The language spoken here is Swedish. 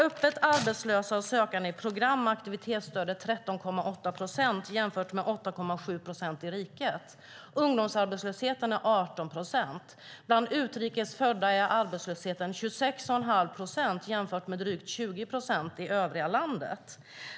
Öppet arbetslösa och sökande i program och aktivitetsstöd är 13,8 procent jämfört med 8,7 procent i riket. Ungdomsarbetslösheten är 18 procent. Bland utrikes födda är arbetslösheten 26 1⁄2 procent jämfört med drygt 20 procent i övriga landet.